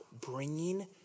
bringing